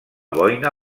boina